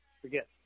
forget